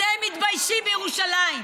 אתם מתביישים בירושלים.